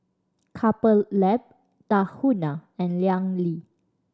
Couple Lab Tahuna and Liang